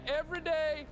everyday